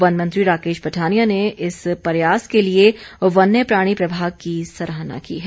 one मन्त्री राकेश पठानिया ने इस प्रयास के लिए वन्यप्राणी प्रभाग की सराहना की है